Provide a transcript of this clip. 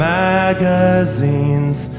magazines